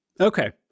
Okay